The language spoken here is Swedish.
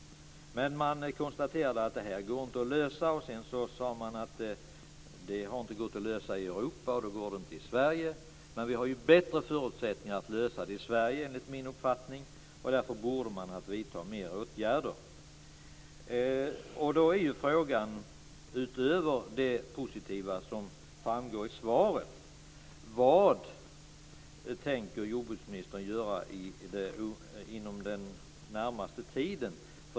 Men man konstaterar att detta inte går att lösa. Sedan säger man att det inte gått att lösa i Europa, och då går det inte i Sverige. Men vi har bättre förutsättningar att lösa det i Sverige enligt min uppfattning, och därför borde man ha vidtagit fler åtgärder. Då är frågan, utöver det positiva som framgår i svaret: Vad tänker jordbruksministern göra inom den närmaste tiden?